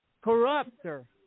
corrupter